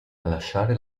lasciare